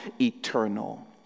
eternal